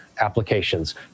Applications